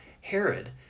Herod